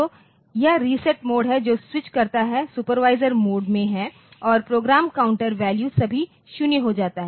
तो यह reset mode जो स्विच करता है सुपरवाइजर मोड में है और प्रोग्राम काउंटर वैल्यू सभी 0 हो जाता है